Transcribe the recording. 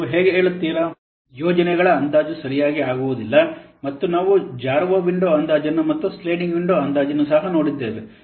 ನೀವು ಹೇಗೆ ಹೇಳುತ್ತೀರಾ ಯೋಜನೆಗಳು ಅಂದಾಜು ಸರಿಯಾಗಿ ಆಗುವುದಿಲ್ಲ ಮತ್ತು ನಾವು ಜಾರುವ ವಿಂಡೋ ಅಂದಾಜನ್ನು ಮತ್ತು ಸ್ಲೈಡಿಂಗ್ ವಿಂಡೋ ಅಂದಾಜನ್ನು ಸಹ ನೋಡಿದ್ದೇವೆ